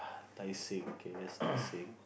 Tai-Seng okay that's Tai-Seng